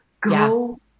go